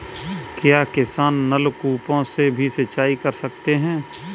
क्या किसान नल कूपों से भी सिंचाई कर सकते हैं?